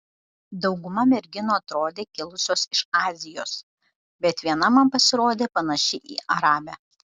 dauguma merginų atrodė kilusios iš azijos bet viena man pasirodė panaši į arabę